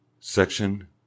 Section